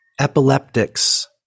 Epileptics